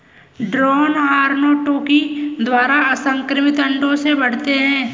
drone arrhenotoky द्वारा असंक्रमित अंडों से बढ़ते हैं